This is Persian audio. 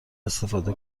استفاده